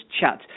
chat